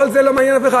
כל זה לא מעניין אף אחד,